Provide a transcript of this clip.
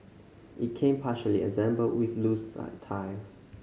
it came partially assembled with loose some tiles